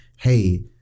hey